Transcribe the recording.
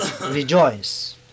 rejoice